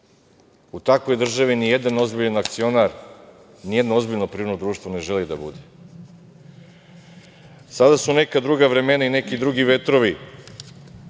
akcionar, nijedno ozbiljno privredno društvo ne želi da bude. Sada su neka druga vremena i neki drugi vetrovi.